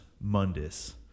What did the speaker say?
Mundus